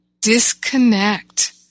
disconnect